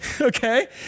Okay